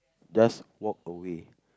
just walk away